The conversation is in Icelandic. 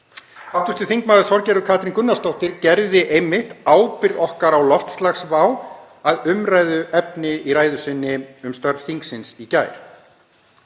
úr. Hv. þm. Þorgerður Katrín Gunnarsdóttir gerði einmitt ábyrgð okkar á loftslagsvá að umræðuefni í ræðu sinni um störf þingsins í gær.